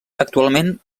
actualment